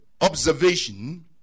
observation